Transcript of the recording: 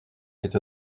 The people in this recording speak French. est